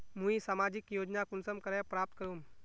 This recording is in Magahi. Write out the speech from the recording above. मुई सामाजिक योजना कुंसम करे प्राप्त करूम?